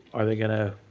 are they going to,